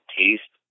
taste